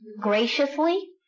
graciously